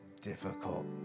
difficult